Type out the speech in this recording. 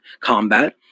combat